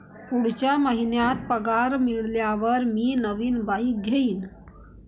पुढच्या महिन्यात पगार मिळाल्यावर मी नवीन बाईक घेईन